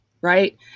right